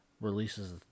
releases